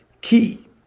Key